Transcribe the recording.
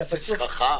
או סככה.